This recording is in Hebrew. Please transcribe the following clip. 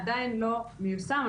הוא עדיין לא מיושם.